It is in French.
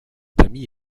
ami